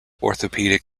orthopedic